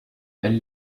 elle